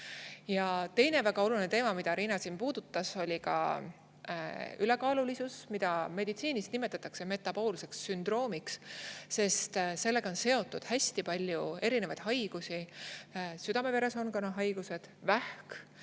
Ja teine väga oluline teema, mida Riina siin puudutas, oli ülekaalulisus, mida meditsiinis nimetatakse metaboolseks sündroomiks, sest sellega on seotud hästi palju erinevaid haigusi. Südame-veresoonkonna haigused, vähk,